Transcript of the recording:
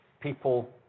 people